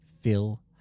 Phil